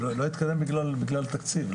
לא התקדם בגלל תקציב.